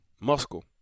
Muscle